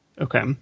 Okay